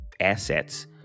assets